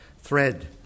thread